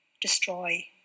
destroy